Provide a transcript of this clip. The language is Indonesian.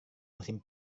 musim